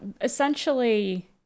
essentially